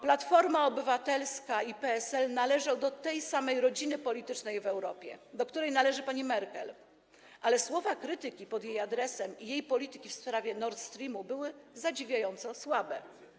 Platforma Obywatelska i PSL należą do tej samej rodziny politycznej w Europie, do której należy pani Merkel, ale słowa krytyki pod adresem jej i jej polityki w sprawie Nord Streamu były zadziwiająco słabe.